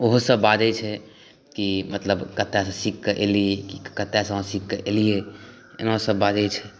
ओहोसब बाजै छै कि मतलब कतय सऽ सीखिकए अयलीह कतयसऽ अहाँ सीखिकऽ ऐलियै एना सब बाजै छै